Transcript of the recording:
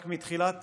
רק מתחילת